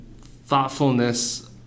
thoughtfulness